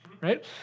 right